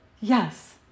Yes